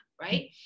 right